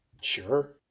Sure